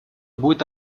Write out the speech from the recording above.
будет